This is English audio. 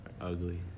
Ugly